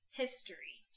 history